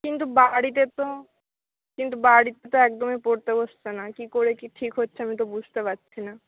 কিন্তু বাড়িতে তো কিন্তু বাড়িতে তো একদমই পড়তে বসছে না কি করে কি ঠিক হচ্ছে আমি তো বুঝতে পারছি না